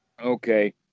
Okay